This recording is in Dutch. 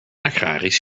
agrarisch